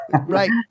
right